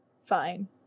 Fine